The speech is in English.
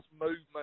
Movement